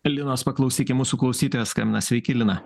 linos paklausykim mūsų klausytoja skambina sveiki lina